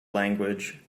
language